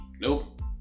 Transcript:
Nope